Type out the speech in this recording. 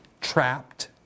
trapped